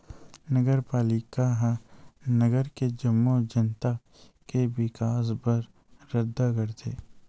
नगरपालिका ह नगर के जम्मो जनता के बिकास बर रद्दा गढ़थे